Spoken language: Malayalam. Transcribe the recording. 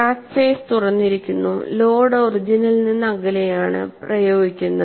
ക്രാക്ക് ഫേസ് തുറന്നിരിക്കുന്നു ലോഡ് ഒറിജിനിൽ നിന്ന് അകലെയാണ് പ്രയോഗിക്കുന്നത്